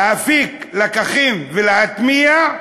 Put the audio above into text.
להפיק לקחים ולהטמיע,